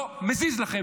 לא מזיז לכם,